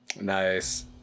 Nice